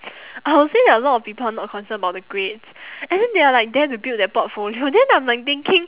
I will say that a lot of people are not concern about the grades and then they are like there to build their portfolio then like I'm thinking